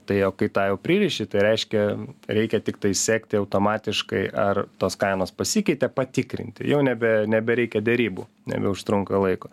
tai o kai tą jau pririši tai reiškia reikia tiktai sekti automatiškai ar tos kainos pasikeitė patikrinti jau nebe nebereikia derybų nebeužtrunka laiko